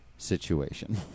situation